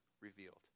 revealed